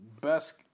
best